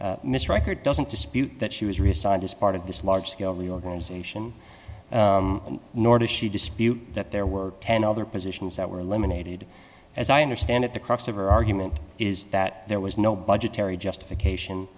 mr record doesn't dispute that she was reassigned as part of this large scale reorganization nor did she dispute that there were ten other positions that were eliminated as i understand it the crux of her argument is that there was no budgetary justification